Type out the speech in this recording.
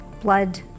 blood